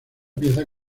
pieza